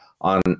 on